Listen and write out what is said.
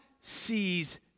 sees